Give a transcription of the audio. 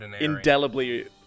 indelibly